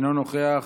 אינו נוכח,